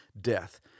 death